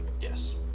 Yes